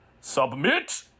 Submit